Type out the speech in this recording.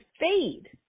fade